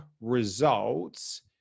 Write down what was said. results